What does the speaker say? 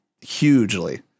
hugely